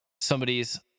somebody's